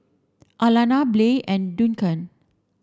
Alana Blair and Duncan